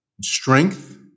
strength